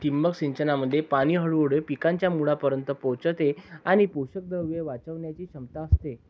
ठिबक सिंचनामध्ये पाणी हळूहळू पिकांच्या मुळांपर्यंत पोहोचते आणि पोषकद्रव्ये वाचवण्याची क्षमता असते